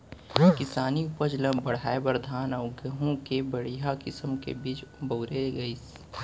किसानी उपज ल बढ़ाए बर धान अउ गहूँ के बड़िहा किसम के बीज बउरे गइस